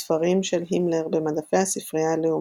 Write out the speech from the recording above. הספרים של הימלר במדפי הספרייה הלאומית,